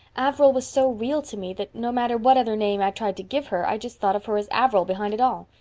averil was so real to me that no matter what other name i tried to give her i just thought of her as averil behind it all.